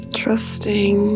trusting